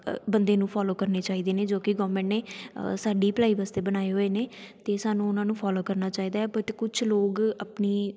ਅ ਬੰਦੇ ਨੂੰ ਫੋਲੋ ਕਰਨੇ ਚਾਹੀਦੇ ਨੇ ਜੋ ਕਿ ਗਵਰਮੈਂਟ ਨੇ ਸਾਡੀ ਭਲਾਈ ਵਾਸਤੇ ਬਣਾਏ ਹੋਏ ਨੇ ਅਤੇ ਸਾਨੂੰ ਉਨ੍ਹਾਂ ਨੂੰ ਫੋਲੋ ਕਰਨਾ ਚਾਹੀਦਾ ਹੈ ਬਟ ਕੁਛ ਲੋਕ ਆਪਣੀ